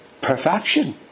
perfection